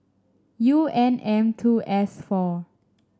U N M two S four